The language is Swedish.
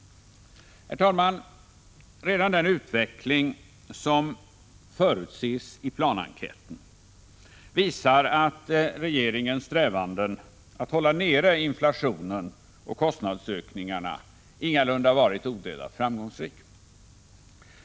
Herr talman! Redan den utveckling som förutses i planenkäten visar att regeringens strävanden att hålla nere inflationen och kostnadsökningarna ingalunda har varit odelat framgångsrika.